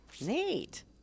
Neat